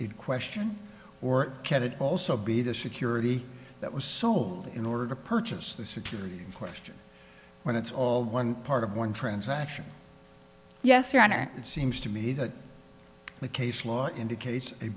question or cat it also be the security that was sold in order to purchase the security question when it's all one part of one transaction yes your honor it seems to me that the case law indicates a